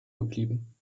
geblieben